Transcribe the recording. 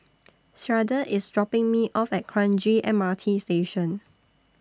Sharde IS dropping Me off At Kranji M R T Station